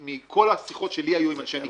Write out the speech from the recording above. מכל השיחות שלי היו עם אנשי מקצוע.